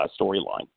storyline